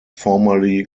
formerly